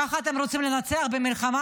ככה אתם רוצים לנצח במלחמה?